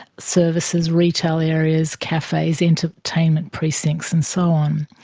services, retail areas, cafes, entertainment precincts and so on?